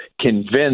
convinced